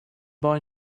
boy